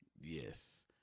yes